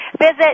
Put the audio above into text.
Visit